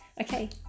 Okay